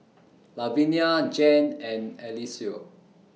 Luvinia Jan and Eliseo